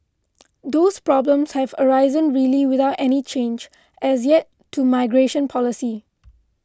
those problems have arisen really without any change as yet to migration policy